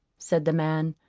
said the man,